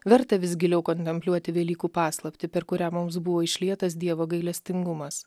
verta vis giliau kontempliuoti velykų paslaptį per kurią mums buvo išlietas dievo gailestingumas